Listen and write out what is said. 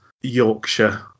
Yorkshire